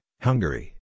Hungary